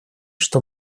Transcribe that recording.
что